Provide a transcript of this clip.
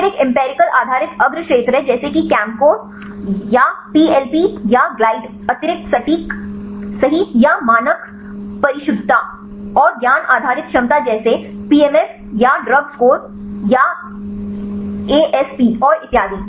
फिर एक एम्पिरिकल आधारित अग्र क्षेत्र है जैसे कि केमकोर या पीएलपी या ग्लाइड अतिरिक्त सटीक सही या मानक परिशुद्धता और ज्ञान आधारित क्षमता जैसे पीएमएफ या ड्रगस्कोर या एस्प और इतियादी